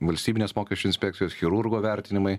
valstybinės mokesčių inspekcijos chirurgo vertinimai